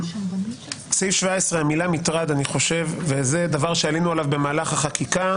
בסעיף 17 המילה מטרד היא דבר שעלינו עליו במהלך החקיקה,